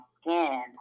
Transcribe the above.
skin